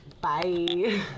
Bye